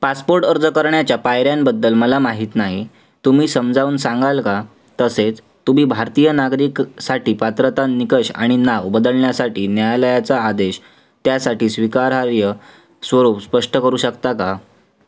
passport अर्ज करण्याच्या पायऱ्यांबद्दल मला माहीत नाही तुम्ही समजावून सांगाल का तसेच तुम्ही भारतीय नागरिकासाठी पात्रता निकष आणि नाव बदलण्यासाठी न्यायालयाचा आदेश त्यासाठी स्वीकारार्ह स्वरूप स्पष्ट करू शकता का